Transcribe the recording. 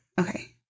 Okay